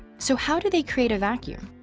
so how do they create a vacuum?